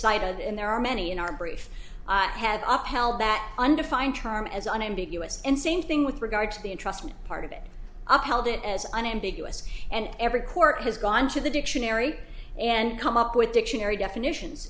cited and there are many in our brief had up held that undefined term as unambiguous and same thing with regard to the interesting part of it up held it as unambiguous and every court has gone to the dictionary and come up with dictionary definitions